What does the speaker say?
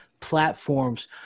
platforms